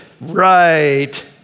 Right